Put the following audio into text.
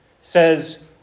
says